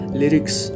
lyrics